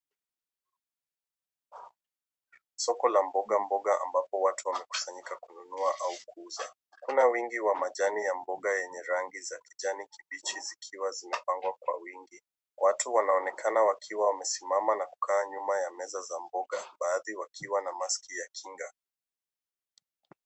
Soko la mboga mboga ambapo watu wamekusanyika kununua au kuuza. Hakuna wingi wa majani ya mboga yenye rangi za kijani kibichi zikiwa zimepangwa kwa wingi. Watu wanaonekana wakiwa wamesimama na kukaa nyuma ya meza za mboga, baadhi wakiwa na maski ya kinga.